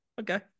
Okay